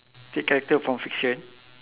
take character from fiction